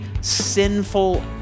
sinful